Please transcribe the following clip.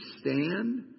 stand